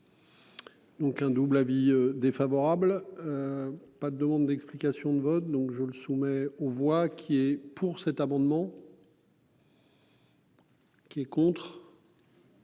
Donc un double avis défavorable. Pas de demandes d'explications de vote, donc je le soumets, on voit qu'il est pour cet amendement. Qui est contre.